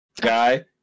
guy